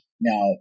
Now